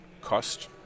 cost